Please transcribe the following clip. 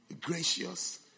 Gracious